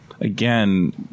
again –